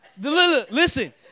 Listen